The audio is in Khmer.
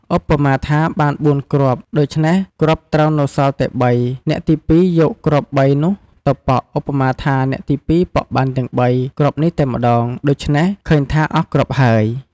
ឧបមាថា បាន ៤ គ្រាប់ ដូច្នេះគ្រាប់ត្រូវសល់តែ ៣ អ្នកទី២ យកគ្រាប់ទាំង៣ នេះទៅប៉ក់ ឧបមាថា អ្នកទី២ ប៉ក់បានទាំង ៣ គ្រាប់នេះតែម្តង ដូច្នេះឃើញថាអស់គ្រាប់ហើយ។